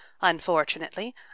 Unfortunately